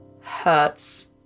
hurts